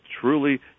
truly